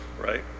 right